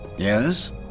Yes